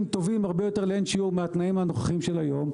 טובים לעין שיעור מהתנאים הנוכחיים של היום.